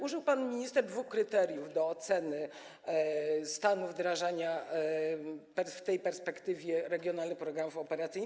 Użył pan minister dwóch kryteriów do oceny stanu wdrażania w tej perspektywie regionalnych programów operacyjnych.